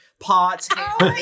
Pot